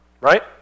right